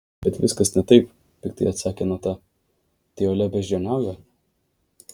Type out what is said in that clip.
bet viskas ne taip piktai atsakė nata tai olia beždžioniauja